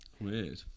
weird